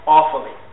Awfully